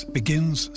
begins